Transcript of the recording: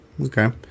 Okay